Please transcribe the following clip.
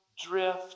drift